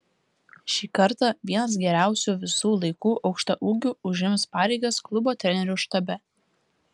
šį kartą vienas geriausių visų laikų aukštaūgių užims pareigas klubo trenerių štabe